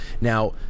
Now